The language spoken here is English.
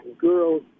girls